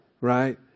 right